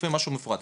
לפעמים משהו מפורט,